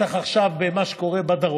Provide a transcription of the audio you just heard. בטח עכשיו, עם מה שקורה בדרום.